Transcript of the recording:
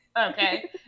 Okay